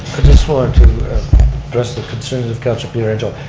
just want to address the concerns of councilor pietrangelo.